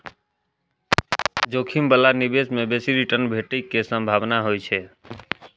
जोखिम बला निवेश मे बेसी रिटर्न भेटै के संभावना होइ छै